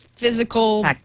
physical